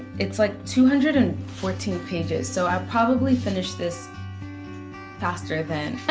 it's like two hundred and fourteen pages so i'll probably finish this faster than